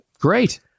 Great